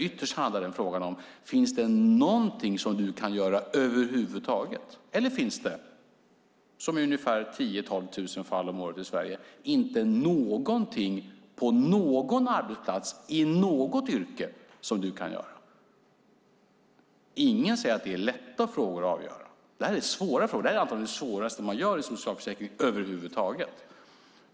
Ytterst handlar det om: Finns det något du kan göra över huvud taget, eller finns det - som i ungefär 10 000-12 000 fall om året i Sverige - inte någonting på någon arbetsplats i något yrke som du kan göra? Ingen säger att det är lätta frågor att avgöra, utan det är svåra frågor. Det är antagligen det svåraste man gör i socialförsäkringen över huvud taget.